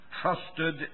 trusted